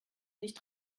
nicht